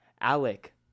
ALEC